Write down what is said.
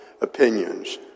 opinions